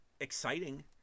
Exciting